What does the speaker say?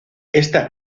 esta